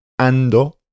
ando